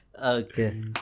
Okay